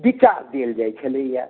विचार देल जाइ छलैया